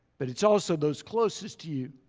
but it's also those closest to you.